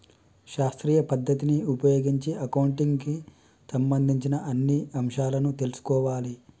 శాస్త్రీయ పద్ధతిని ఉపయోగించి అకౌంటింగ్ కి సంబంధించిన అన్ని అంశాలను తెల్సుకోవాలే